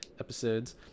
episodes